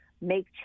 make